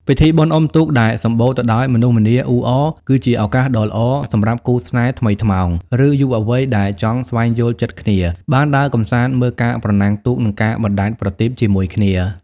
ពិធីបុណ្យអុំទូកដែលសម្បូរទៅដោយមនុស្សម្នាអ៊ូអរ គឺជាឱកាសដ៏ល្អសម្រាប់គូស្នេហ៍ថ្មីថ្មោង ឬយុវវ័យដែលចង់ស្វែងយល់ចិត្តគ្នា បានដើរកម្សាន្តមើលការប្រណាំងទូក និងការបណ្ដែតប្រទីបជាមួយគ្នា។